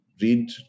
read